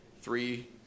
three